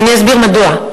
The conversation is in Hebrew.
ואני אסביר מדוע.